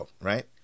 Right